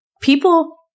People